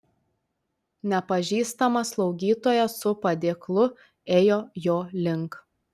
nepažįstama slaugytoja su padėklu ėjo jo link